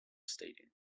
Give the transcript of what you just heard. stadium